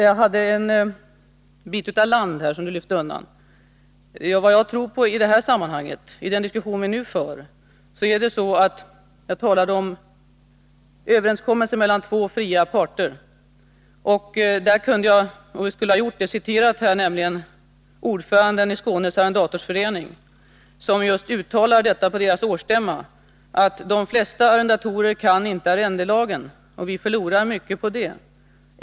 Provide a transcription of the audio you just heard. Jag har här tidningen Land, som förut kom bort i mitt inlägg. Vad jag tror på i det sammanhanget, i den diskussion vi nu för, är överenskommelser mellan två fria parter. Jag kunde ha citerat — och jag skulle ha gjort det — ordföranden i Skånes arrendatorsförening, som just uttalade på deras årsstämma att de flesta arrendatorer inte kan arrendelagen. ”Vi förlorar mycket på det,” sade han.